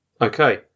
Okay